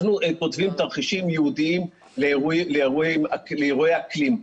אנחנו כותבים תרחישים ייעודיים לאירועי אקלים.